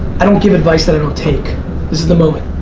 i don't give advice that i don't take. this is the moment.